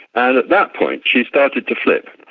and at that point she started to flip.